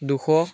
দুশ